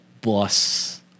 boss